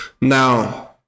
Now